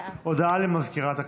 הודעה למזכירת הכנסת.